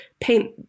paint